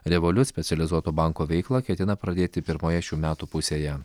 revoliut specializuoto banko veiklą ketina pradėti pirmoje šių metų pusėje